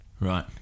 Right